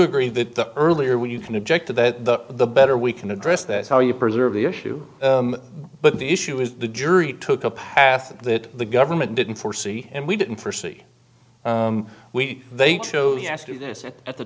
agree that the earlier we you can object to that the better we can address that how you preserve the issue but the issue is the jury took a path that the government didn't foresee and we didn't forsee we they chose yes to this it at the